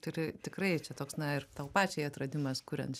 turi tikrai čia toks na ir tau pačiai atradimas kuriant